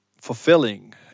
fulfilling